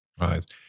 Right